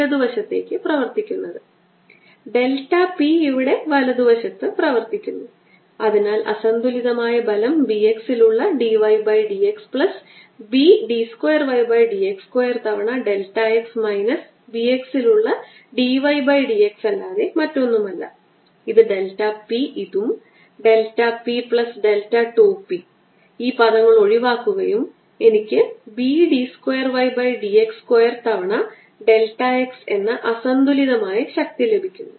ഇതുവരെയുള്ളത് കൃത്യമാണ് തുടർന്ന് ഞാൻ ഇത് e raise to minus lambda r 1 minus lambda D R എന്നിട്ട് ഉയർന്ന ഓർഡർ നിബന്ധനകളായി ഉയർത്തും